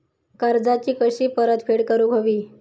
कर्जाची कशी परतफेड करूक हवी?